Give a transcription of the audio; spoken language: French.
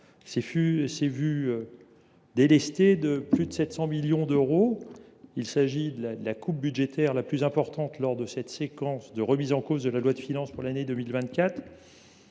s’est vue délestée de plus de 700 millions d’euros ; il s’agit de la coupe budgétaire la plus importante réalisée lors de cette séquence de remise en cause de la loi de finances pour 2024.